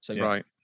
Right